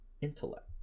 intellect